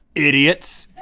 idiots.